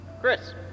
Chris